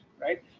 Right